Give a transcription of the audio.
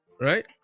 Right